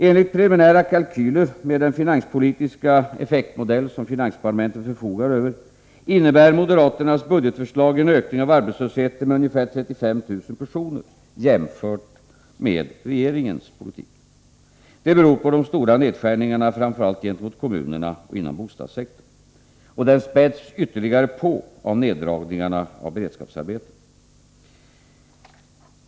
Enligt preliminära kalkyler, med den finanspolitiska effektmodell som finansdepartementet förfogar över, innebär moderaternas budgetförslag en höjning av arbetslösheten med ca 35000 personer jämfört med regeringens politik. Det beror på de stora nedskärningarna framför allt gentemot kommunerna och inom bostadssektorn. Arbetslösheten späds på ytterligare genom neddragningarna av beredskapsarbeten.